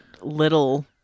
little